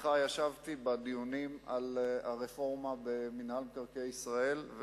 אתך ישבתי בדיונים על הרפורמה במינהל מקרקעי ישראל,